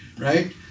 Right